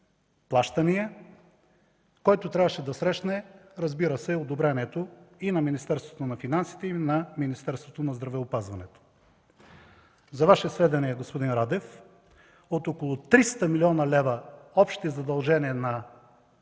плащания, който трябваше да срещне одобрението на Министерството на финансите и Министерството на здравеопазването. За Ваше сведение, господин Радев, от около 300 млн. лв. общи задължения на